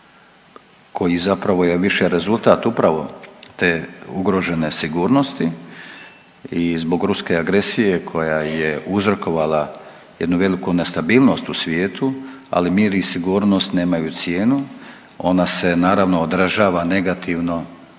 koji zapravo je više rezultat upravo te ugrožene sigurnosti i zbog ruske agresije koja je uzrokovala jednu veliku nestabilnost u svijetu, ali mir i sigurnost nemaju cijenu, ona se naravno odražava negativno